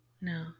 No